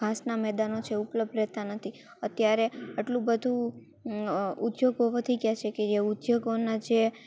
ઘાસનાં મેદાનો છે એ ઉપલબ્ધ રહેતાં નથી અત્યારે આટલું બધું ઉદ્યોગો વધી ગયા છે કે એ ઉદ્યોગોનાં જે